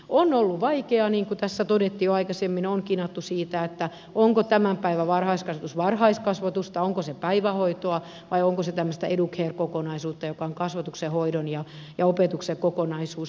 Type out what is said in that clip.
on ollut vaikeaa niin kuin tässä todettiin jo aikaisemmin on kinattu siitä onko tämän päivän varhaiskasvatus varhaiskasvatusta onko se päivähoitoa vai onko se tämmöistä educare kokonaisuutta joka on kasvatuksen ja hoidon ja opetuksen kokonaisuus